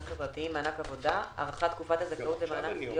חברתיים (מענק עבודה) (הארכת תקופת הזכאות למענק סיוע